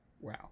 Wow